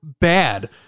bad